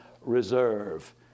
reserve